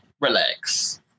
relax